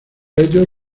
ellos